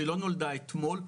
היא לא נולדה אתמול.